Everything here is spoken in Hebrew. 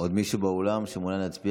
ישראל אייכלר, אינו נוכח ואליד אלהואשלה,